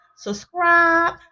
Subscribe